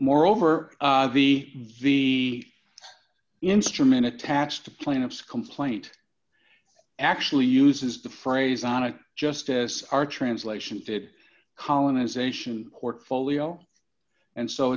moreover the v instrument attached to plaintiff's complaint actually uses the phrase on it just as our translation did colonization portfolio and so